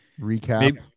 recap